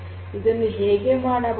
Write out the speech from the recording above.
ಇದನ್ನು ಹೇಗೆ ಮಾಡಬಹುದು